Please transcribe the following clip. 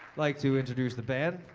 like to introduce the band.